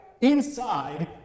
inside